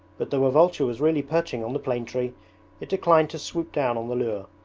but though a vulture was really perching on the plane tree it declined to swoop down on the lure.